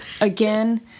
again